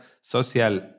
social